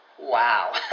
wow